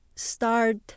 start